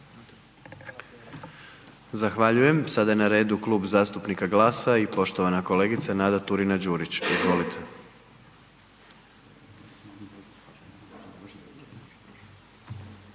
Zahvaljujem, sada je na redu Klub zastupnika GLAS-a i poštovana kolegica Nada Turina Đurić, izvolite.